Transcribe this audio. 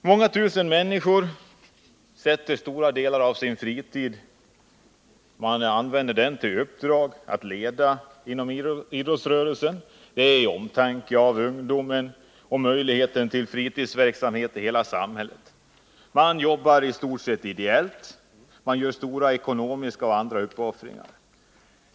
Många tusen människor avsätter stora delar av sin fritid för uppdrag som ledare inom idrottsrörelsen. Det gör de av omtanke om ungdomen och för att möjliggöra fritidsverksamheter i samhället. Man jobbar i stort sett ideellt, man gör stora ekonomiska och andra uppoffringar.